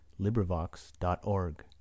LibriVox.org